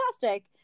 fantastic